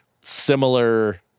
similar